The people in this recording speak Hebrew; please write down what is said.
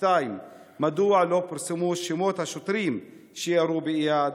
2. מדוע לא פורסמו שמות השוטרים שירו באיאד?